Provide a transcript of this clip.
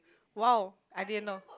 !wah! I didn't know